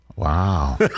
Wow